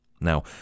Now